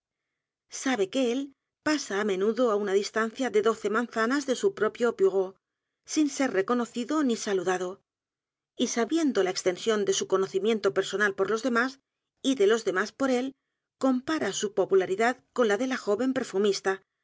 sabe que él pasa á menudo á u n a distancia de docemanzanas de su propio bureau sin ser reconocido ni saludado y sabiendo la extensión de su conocimiento personal por los demás y de los demás por él compara su popularidad con la de la joven perfumista